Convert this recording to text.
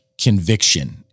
conviction